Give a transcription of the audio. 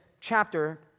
chapter